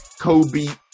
Kobe